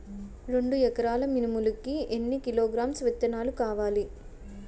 రెండు ఎకరాల మినుములు కి ఎన్ని కిలోగ్రామ్స్ విత్తనాలు కావలి?